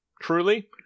truly